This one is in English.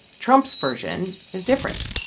trump's version is different.